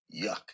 yuck